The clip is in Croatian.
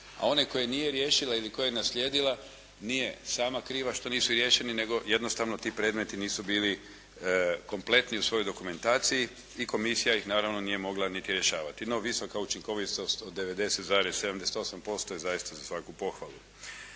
a one koje nije riješila ili koje je naslijedila nije sama kriva što nisu riješeni nego jednostavno ti predmeti nisu bili kompletni u svojoj dokumentaciji i komisija ih naravno nije mogla niti rješavati. No, visoka učinkovitost od 90,78% je zaista za svaku pohvalu.